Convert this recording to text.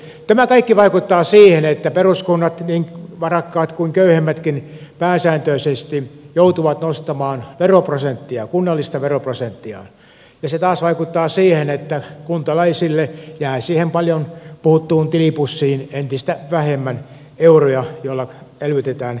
tämä kaikki vaikuttaa siihen että peruskunnat niin varakkaat kuin köyhemmätkin pääsääntöisesti joutuvat nostamaan kunnallista veroprosenttiaan ja se taas vaikuttaa siihen että kuntalaisille jää siihen paljon puhuttuun tilipussiin entistä vähemmän euroja joilla elvytetään paikallista yritystoimintaa